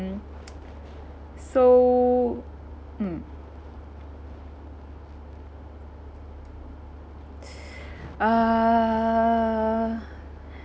mm so mm uh